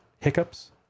Hiccups